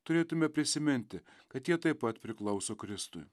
turėtume prisiminti kad jie taip pat priklauso kristui